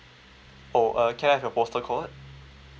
oh uh can I have your postal code